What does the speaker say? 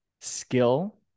skill